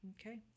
Okay